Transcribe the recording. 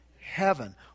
heaven